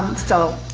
so